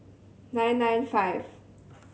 nine nine five